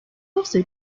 also